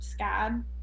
SCAD